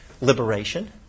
liberation